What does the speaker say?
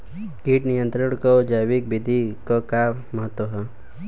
कीट नियंत्रण क जैविक विधि क का महत्व ह?